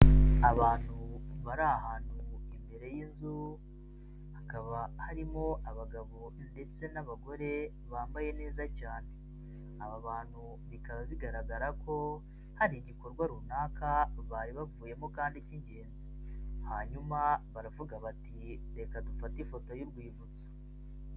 Abantu bari ahantu imbere y'inzu, hakaba harimo abagabo ndetse n'abagore bambaye neza cyane, aba bantu bikaba bigaragara ko hari igikorwa runaka bari bavuyemo kandi cy'ingenzi, hanyuma baravuga bati reka dufate ifoto y'urwibutso.